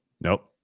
Nope